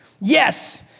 Yes